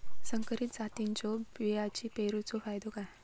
संकरित जातींच्यो बियाणी पेरूचो फायदो काय?